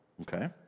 okay